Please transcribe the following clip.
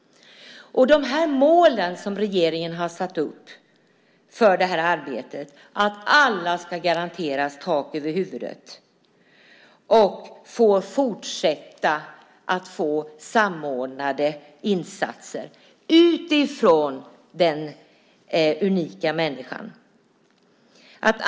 De mål som regeringen har satt upp för det här arbetet är att alla ska garanteras tak över huvudet och fortsätta att få samordnade insatser utifrån den unika människan.